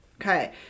Okay